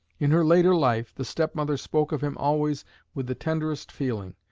in her later life the step-mother spoke of him always with the tenderest feeling.